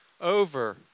over